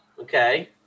Okay